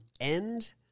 end